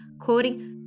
quoting